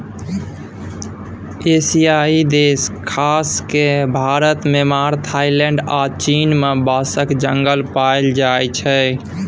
एशियाई देश खास कए भारत, म्यांमार, थाइलैंड आ चीन मे बाँसक जंगल पाएल जाइ छै